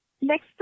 Next